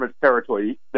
territory